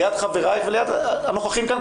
ליד חבריי וליד הנוכחים כאן,